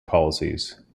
policies